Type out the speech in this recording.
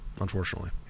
Unfortunately